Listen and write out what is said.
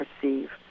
perceive